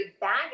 baggage